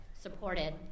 supported